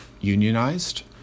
unionized